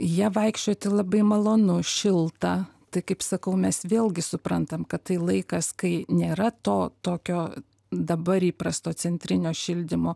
ja vaikščioti labai malonu šilta tai kaip sakau mes vėlgi suprantam kad tai laikas kai nėra to tokio dabar įprasto centrinio šildymo